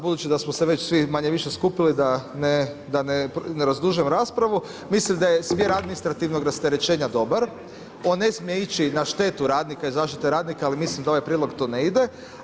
Budući da smo se već svi manje-više skupili da ne razdužim raspravu, mislim da je smjer administrativnog rasterećenja dobar, on ne smije ići na štetu radnika i zaštite radnika, ali mislim da ovaj prijedlog to ne ide.